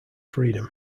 freedom